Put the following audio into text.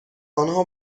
آنها